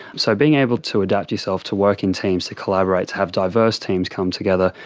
so being able to adapt yourself to work in teams, to collaborate, to have diverse teams come together,